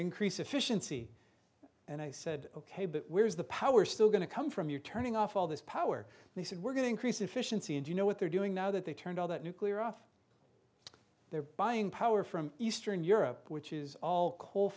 increase efficiency and i said ok but where is the power still going to come from you're turning off all this power they said we're going to increase efficiency and you know what they're doing now that they turned all that nuclear off they're buying power from eastern europe which is all coal